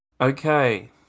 Okay